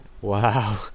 Wow